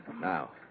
now